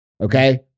okay